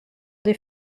des